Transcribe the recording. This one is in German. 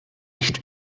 echt